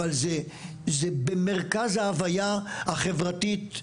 אבל זה במרכז ההוויה החברתית,